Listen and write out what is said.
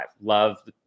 Love